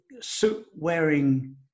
suit-wearing